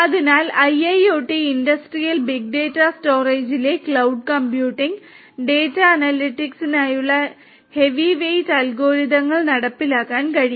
അതിനാൽ IIoT industrial big data സ്റ്റോറേജിലെ cloud computing data അനലിറ്റിക്സിനായുള്ള ഹെവിവെയ്റ്റ് അൽഗോരിതങ്ങൾ നടപ്പിലാക്കാൻ കഴിയും